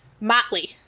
Motley